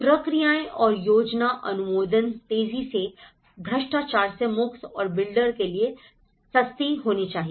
प्रक्रियाएं योजना अनुमोदन तेजी से भ्रष्टाचार से मुक्त और बिल्डर के लिए सस्ती होनी चाहिए